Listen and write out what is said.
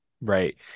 Right